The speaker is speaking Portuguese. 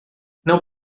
não